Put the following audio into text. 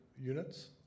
units